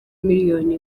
miliyoni